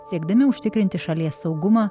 siekdami užtikrinti šalies saugumą